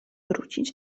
wrócić